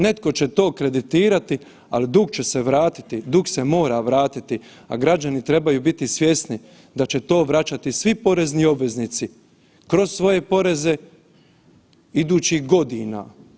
Netko će to kreditirati, ali dug će se vratiti, dug se mora vratiti, a građani trebaju biti svjesni da će to vraćati svi porezni obveznici kroz svoje poreze idućih godina.